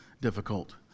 difficult